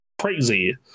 crazy